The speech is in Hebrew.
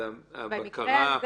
במקרה הזה